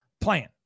Plan